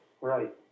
Right